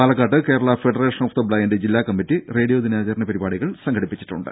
പാലക്കാട്ട് Kerala federation of the blind ജില്ലാ committee റേഡിയോദിനാചരണ പരിപാടികൾ സംഘടിപ്പിച്ചിട്ടുണ്ട്